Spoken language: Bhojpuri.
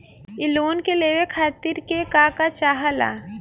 इ लोन के लेवे खातीर के का का चाहा ला?